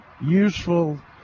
useful